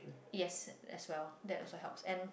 yes that's well that also helps and